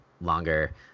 longer